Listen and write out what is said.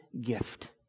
gift